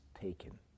taken